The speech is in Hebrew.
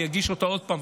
אני אגיש אותה עוד פעם,